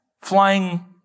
flying